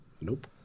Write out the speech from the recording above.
Nope